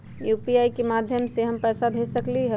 UPI के माध्यम से हम पैसा भेज सकलियै ह?